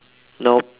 nope